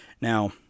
Now